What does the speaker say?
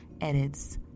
Edits